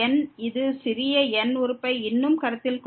இது சிறிய n உறுப்பை இன்னும் கருத்தில் கொள்ள வேண்டும்